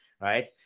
right